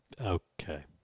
Okay